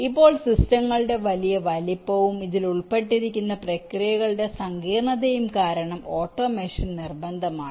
ഇപ്പോൾ സിസ്റ്റങ്ങളുടെ വലിയ വലിപ്പവും ഇതിൽ ഉൾപ്പെട്ടിരിക്കുന്ന പ്രക്രിയകളുടെ സങ്കീർണ്ണതയും കാരണം ഓട്ടോമേഷൻ നിർബന്ധമാണ്